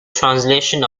translation